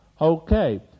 okay